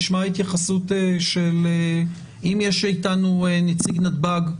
אם יש אתנו נציג נתב"ג,